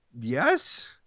yes